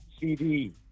CD